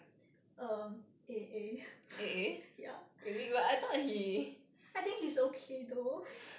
um a a ya I think he's okay though